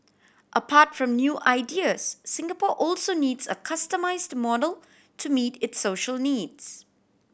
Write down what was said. apart from new ideas Singapore also needs a customised model to meet its social needs